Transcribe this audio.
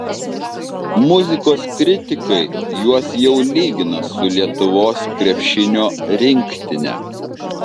muzikos kritikai juos jau lygina su lietuvos krepšinio rinktine